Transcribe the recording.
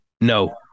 No